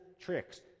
tricks